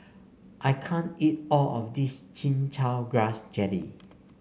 I can't eat all of this Chin Chow Grass Jelly